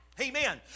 Amen